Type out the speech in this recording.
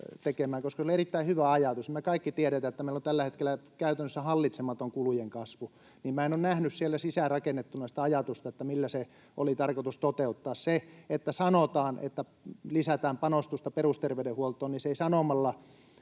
tekemään, koska se oli erittäin hyvä ajatus. Me kaikki tiedetään, että meillä on tällä hetkellä käytännössä hallitsematon kulujen kasvu, mutta minä en ole nähnyt siellä sisäänrakennettuna sitä ajatusta, millä se oli tarkoitus toteuttaa. Kun sanotaan, että lisätään panostusta perusterveydenhuoltoon, niin se ei sanomalla